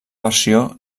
versió